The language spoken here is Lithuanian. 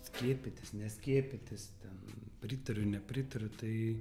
skiepytis neskiepytis ten pritariu nepritariu tai